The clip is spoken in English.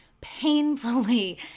painfully